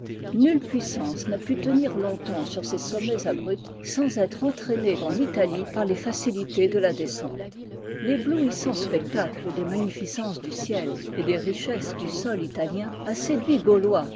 nulle puissance n'a pu tenir longtemps sur ces sommets abrupts sans être entraînée en italie par les facilités de la descente l'éblouissant spectacle des magnificences du ciel et des richesses du sol italien a séduit gaulois